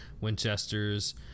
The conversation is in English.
Winchester's